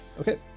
okay